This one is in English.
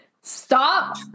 Stop